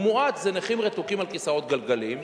מועט אלה הנכים הרתוקים לכיסאות גלגלים,